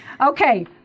Okay